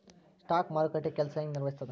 stock ಮಾರುಕಟ್ಟೆ ಕೆಲ್ಸ ಹೆಂಗ ನಿರ್ವಹಿಸ್ತದ